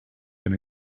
been